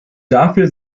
dafür